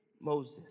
Moses